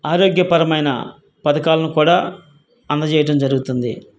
ఆరోగ్యపరమైన పథకాలను కూడా అందజేయటం జరుగుతుంది